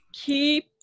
keep